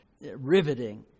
riveting